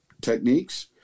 techniques